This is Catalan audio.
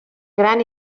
gran